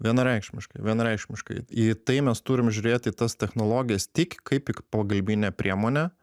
vienareikšmiškai vienareikšmiškai į tai mes turim žiūrėti į tas technologijas tik kaip į pagalbinę priemonę